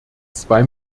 zwei